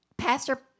pastor